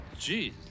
Jeez